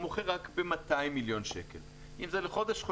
הוא מוכר רק ב-200 מיליון שקל אם זה לחודש-חודשיים,